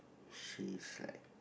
she's like